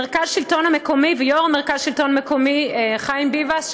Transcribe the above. מרכז השלטון המקומי ויושב-ראש מרכז השלטון המקומי חיים ביבס,